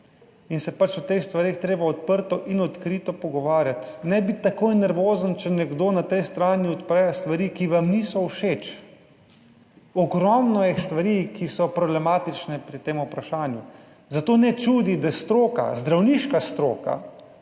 se je pač o teh stvareh je treba odprto in odkrito pogovarjati. Ne biti takoj nervozen, če nekdo na tej strani odpre stvari, ki vam niso všeč. Ogromno je stvari, ki so problematične pri tem vprašanju, zato ne čudi, da stroka, zdravniška stroka,